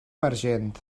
emergent